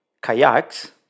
kayaks